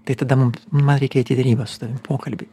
tai tada man reikia eit į derybas su tavim į pokalbį